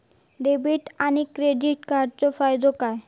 Debit आणि credit कार्डचो फायदो काय?